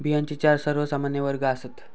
बियांचे चार सर्वमान्य वर्ग आसात